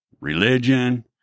religion